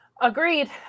Agreed